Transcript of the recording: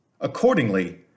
Accordingly